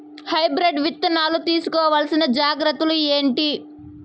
Hybrid విత్తనాలు తీసుకోవాల్సిన జాగ్రత్తలు ఏంటి?